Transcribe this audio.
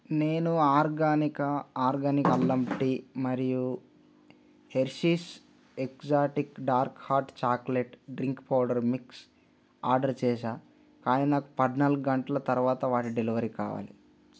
నేను ఆర్గానికా ఆర్గానిక్ అల్లం టీ మరియు Hershey's exotic dark hot chocolate drink powder mix order చేశా కానీ నాకు పద్నాలుగు గంటల తరువాత వాటి డెలివరీ కావాలి